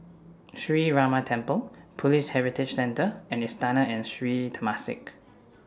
Sree Ramar Temple Police Heritage Centre and Istana and Sri Temasek